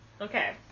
Okay